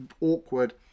awkward